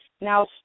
now